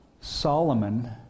Solomon